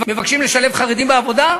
מבקשים לשלב חרדים בעבודה.